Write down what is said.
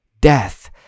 Death